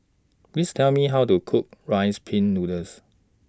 Please Tell Me How to Cook Rice Pin Noodles